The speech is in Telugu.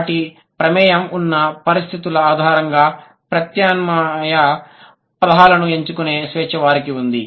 వాటి ప్రమేయం ఉన్న పరిస్థితుల ఆధారంగా ప్రత్యామ్నాయ పదాలను ఎంచుకునే స్వేచ్ఛ వారికి ఉంది